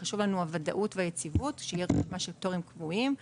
חשובים לנו הוודאות והיציבות; שתהיה רשימה של פטורים קבועים.